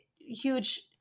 huge